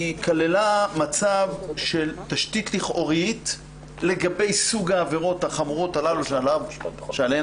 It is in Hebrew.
היא כללה מצב של תשתית לכאורית לגבי סוג העבירות החמורות הללו שעליהן